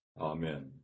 Amen